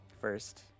First